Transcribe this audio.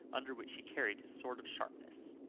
under which he carried his sword of sharpness.